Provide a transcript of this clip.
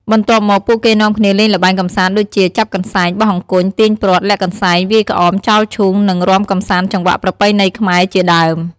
បន្ទាប់មក ពួកគេនាំគ្នាលេងល្បែងកម្សាន្តដូចជា ចាប់កន្សែង បោះអង្គញ់ ទាញព្រ័ត្រ លាក់កន្សែង វាយក្អម ចោលឈូង និងរាំកំសាន្តចង្វាក់ប្រពៃណីខ្មែរជាដើម។